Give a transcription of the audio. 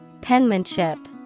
Penmanship